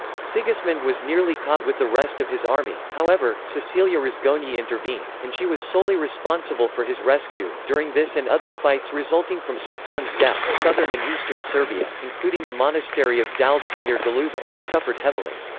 sigismund was nearly caught with the rest of his army however, cecilia rozgonyi intervened, and she was solely responsible for his rescue during this and other fights resulting from stefan's death, southern and eastern serbia, including the monastery of daljsa near golubac, suffered heavily.